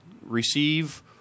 receive